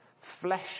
Flesh